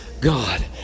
God